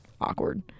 awkward